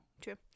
true